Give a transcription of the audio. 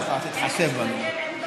תתחשב בנו.